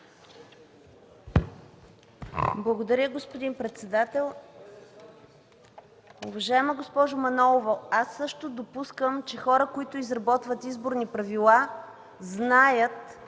Благодаря, господин председател. Уважаема госпожо Манолова, аз също допускам, че хора, които изработват изборни правила, знаят